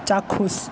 চাক্ষুষ